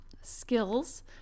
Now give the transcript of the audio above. skills